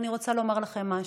אני רוצה לומר לכם משהו: